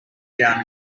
down